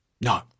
no